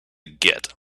git